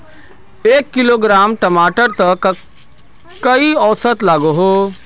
एक किलोग्राम टमाटर त कई औसत लागोहो?